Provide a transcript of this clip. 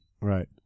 Right